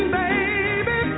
baby